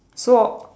so